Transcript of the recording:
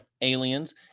aliens